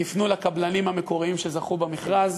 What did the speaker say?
תפנו לקבלנים המקוריים שזכו במכרז.